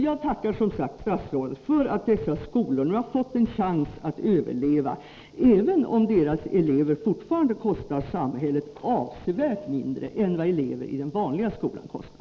Jag tackar som sagt statsrådet för att dessa skolor har fått en chans att överleva, även om deras elever fortfarande kostar samhället avsevärt mindre än vad elever i den vanliga skolan kostar.